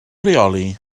rheoli